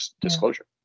disclosure